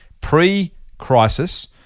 pre-crisis